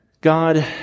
God